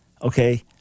Okay